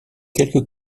quelques